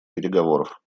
переговоров